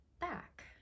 back